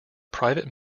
private